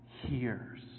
hears